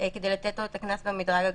כדי לתת לו את הקנס במדרג הגבוה,